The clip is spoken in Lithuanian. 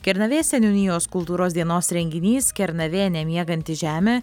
kernavės seniūnijos kultūros dienos renginys kernavė nemieganti žemė